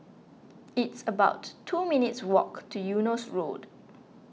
it's about two minutes' walk to Eunos Road